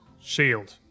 Shield